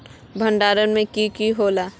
भण्डारण में की की होला?